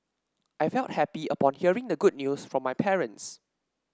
I felt happy upon hearing the good news from my parents